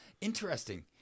Interesting